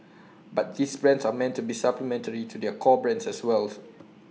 but these brands are meant to be supplementary to their core brands as well